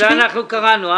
את זה אנחנו קראנו.